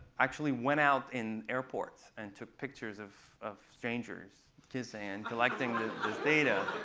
actually went out in airports and took pictures of of strangers kissing and collecting data.